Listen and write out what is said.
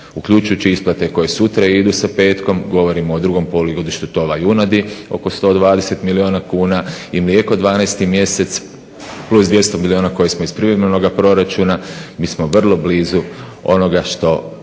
Uključujući i isplate koje sutra idu sa petkom, govorim o drugom polugodištu tova junadi. Oko 120 milijuna kuna i mlijeko 12. mjesec plus 200 milijuna koje smo iz privremenoga proračuna mi smo vrlo blizu ono što